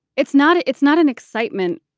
it's not it's not an excitement.